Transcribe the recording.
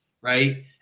right